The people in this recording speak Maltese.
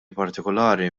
partikolari